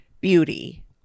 beauty